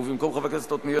אין בעיה.